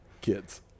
kids